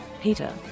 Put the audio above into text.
Peter